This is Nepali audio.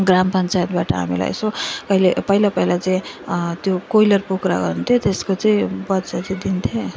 ग्राम पञ्चायतबाट हामीलाई यसो कहिले पहिला पहिला चाहिँ त्यो कोइलर कुखुरा हुन्थ्यो त्यसको चाहिँ बच्चा चाहिँ दिन्थे